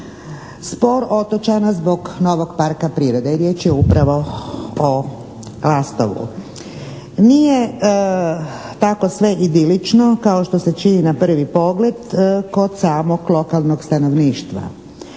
"Spor otočana zbog novog parka prirode", riječ je upravo o Lastovu. Nije tako sve idilično kao što se čini na prvi pogled kod samog lokalnog stanovništva.